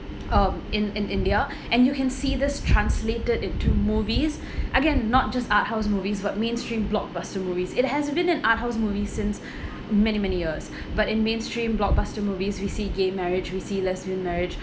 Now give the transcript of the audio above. um in in india and you can see this translated into movies again not just art house movies but mainstream blockbuster movies it has been an art house movie since many many years but in mainstream blockbuster movies we see gay marriage we see lesbian marriage